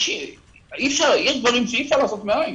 יש דברים שאי אפשר לעשות מאין.